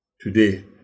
Today